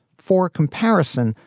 for comparison,